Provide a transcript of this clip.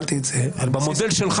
רק שאני שאלתי את זה --- במודל שלך